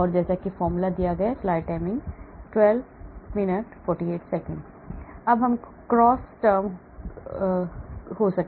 Etors Σ Vi cosnθ - θ0 Etors Σ Vi cosθ - θ0 V'i cos2θ - θ0 V"i cos3θ - θ0 अब cross term हो सकता है